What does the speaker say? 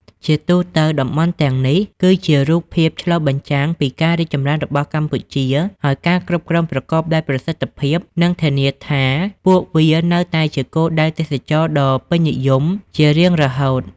ជាទូទៅ តំបន់ទាំងនេះគឺជារូបភាពឆ្លុះបញ្ចាំងពីការរីកចម្រើនរបស់កម្ពុជា ហើយការគ្រប់គ្រងប្រកបដោយប្រសិទ្ធភាពនឹងធានាថា ពួកវានៅតែជាគោលដៅទេសចរណ៍ដ៏ពេញនិយមជារៀងរហូត។